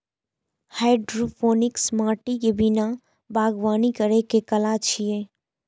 hydroponics माटि के बिना बागवानी करै के कला छियै